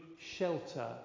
shelter